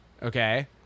Okay